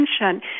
attention